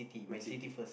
Man City